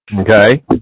Okay